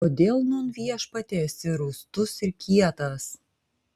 kodėl nūn viešpatie esi rūstus ir kietas